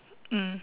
mm